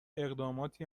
اقداماتی